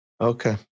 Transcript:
Okay